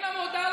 אבל תשמע,